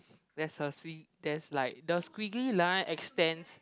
there's a sguig~ there's like the squiggly line extends